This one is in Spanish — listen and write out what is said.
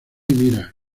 mira